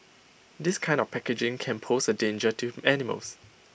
this kind of packaging can pose A danger to animals